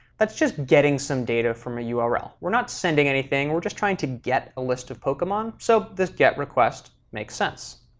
that's just getting some data from a url. we're not sending anything. we're just trying to get a list of pokemon, so this get request makes sense.